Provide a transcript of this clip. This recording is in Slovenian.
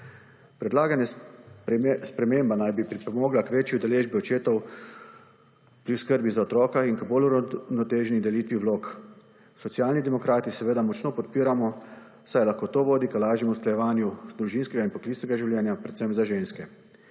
Predlagana sprememba naj bi pripomogla k večji udeležbi očetov pri skrbi za otroka in k bolj uravnoteženi delitvi vlog. Socialni demokrati seveda močno podpiramo, saj lahko to vodi k lažjemu usklajevanju družinskega in poklicnega življenja predvsem za ženske.